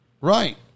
Right